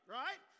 right